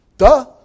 Duh